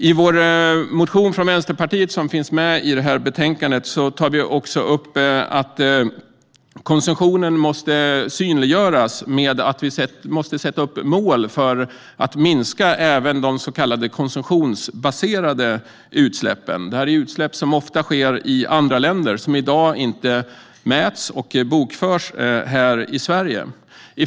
I vår motion från Vänsterpartiet som finns med i det här betänkandet tar vi också upp att konsumtionen måste synliggöras genom att vi sätter upp mål för att minska även de så kallade konsumtionsbaserade utsläppen. Det är utsläpp som ofta sker i andra länder och som i dag inte mäts och bokförs här i Sverige.